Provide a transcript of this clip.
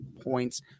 points